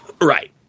Right